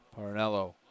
Parnello